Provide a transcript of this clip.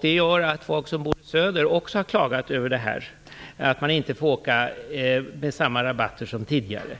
Det gör att människor som bor i söder också har klagat över att de inte får åka med samma rabatter som tidigare.